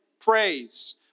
praise